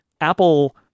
Apple